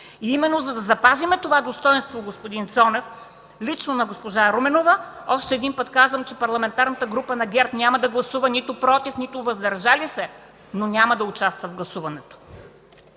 и за да запазим достойнството, господин Цонев, лично на госпожа Руменова, още веднъж казвам, че Парламентарната група на ГЕРБ няма да гласува нито „против”, нито „въздържали се”. Няма да участва в гласуването.